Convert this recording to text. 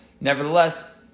Nevertheless